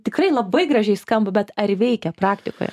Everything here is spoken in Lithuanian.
tikrai labai gražiai skamba bet ar veikia praktikoje